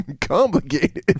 complicated